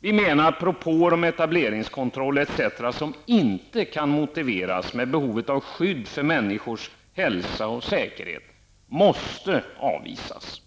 Vi menar att propåer om etableringskontroll etc., som inte kan motiveras med behovet av skydd för människors hälsa och säkerhet, måste avvisas.